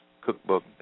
cookbook